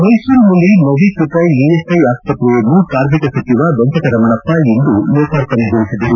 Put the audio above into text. ಮೈಸೂರಿನಲ್ಲಿ ನವೀಕೃತ ಇಎಸ್ಐ ಆಸ್ಪತ್ರೆಯನ್ನು ಕಾರ್ಮಿಕ ಸಚಿವ ವೆಂಕಟರಮಣಪ್ಪ ಇಂದು ಲೋಕಾರ್ಪಣೆಗೊಳಿಸಿದರು